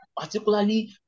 particularly